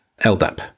LDAP